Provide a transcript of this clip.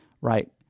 right